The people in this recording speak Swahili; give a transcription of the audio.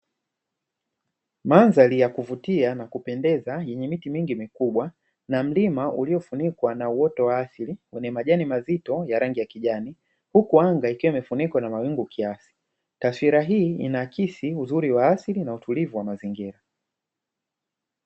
Mandhari ya kuvutia na kupendeza yenye miti mingi mikubwa na mlima uliofunikwa na uoto wa asili kwenye majani mazito ya rangi ya kijani, huku anga likiwa limefunikwa na mawingu kiasi. Taswira hii inakisi uzuri wa asili na utulivu wa mazingira.